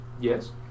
Yes